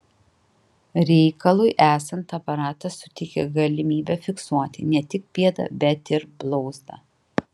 reikalui esant aparatas suteikia galimybę fiksuoti ne tik pėdą bet ir blauzdą